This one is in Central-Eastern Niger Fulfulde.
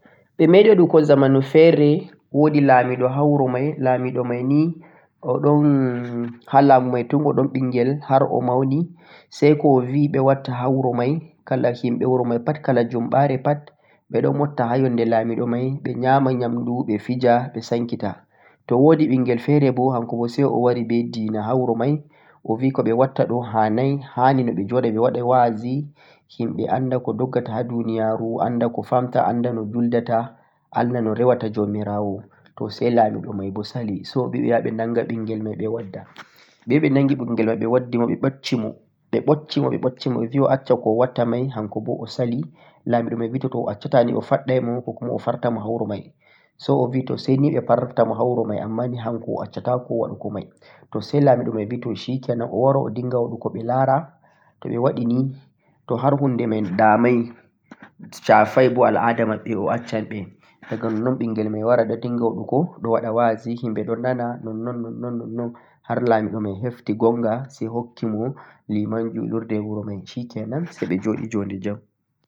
ɓe meeɗi waɗugo zamnu feere, woodi laamiiɗo ha wuro may, laamiiɗo may ni o ɗon ha laamu may tun o ɗon ɓinngel, har o mawni, say ko o bi ɓe watta ha wuro may, kala himɓe wuro may pat, kala jummaɓare pat, ɓeɗo motta ha yonde laamiiɗo may ɓe nyaama nyaamndu, ɓe jija, ɓe sankita, to woodi ɓinngel feere bo hanko bo say o wari be dina ha wuro may, obi ko ɓe watta ɗo ha'nay, ha'ni no ɓe joɗa ɓe waɗay wa'azi himɓe annda ko doggata ha duuniyaaru, annda ko famta, annda no juldata, annda no rewa ta jawmirawo, to say laamiiɗo may boo sali, say o bi ɓe yaha ɓe nannga ɓinngel may ɓe wadda ɓe yahi ɓe waddi ɓinngel may ɓe waddi mo ɓe ɓucci mo, ɓe ɓucci mo ɓe ɓucci mo, ɓe bi o acca ko o watta may hanko bo o sali, laamiiɗo may bi to to o acca ta ni o faɗay mo, kuma o farta mo ha wuro may, say o bi to sayni ɓe farta mo ha wuro may ammaan hanko o acca ta ko waɗugo may, to say laamiiɗo may bi to 'shikenan' o wara o dinnga waɗugo ɓe laara to o waɗi ni, to har huunde may da may, sha'fay bo al'aada maɓɓe ɓe, diga ɗoɗɗon ɓinngel may warata ɗo dinnga waɗugo, ɗo waɗa wa'azi ɓe ɗo nana, nonnon nonnon nonnon nonnon har laamiiɗo may hefti gonga say hokki mo liman ju'lurde wuro may 'shikenan' say ɓe joɗi jonnde jam.